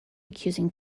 accusing